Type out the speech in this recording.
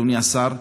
אדוני השר,